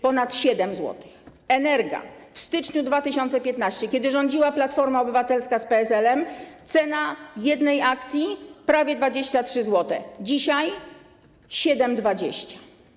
Ponad 7 zł. Energa - w styczniu 2015 r., kiedy rządziła Platforma Obywatelska z PSL-em, cena jednej akcji to prawie 23 zł, dzisiaj 7,20.